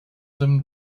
them